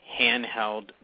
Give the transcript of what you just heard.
handheld